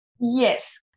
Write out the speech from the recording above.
Yes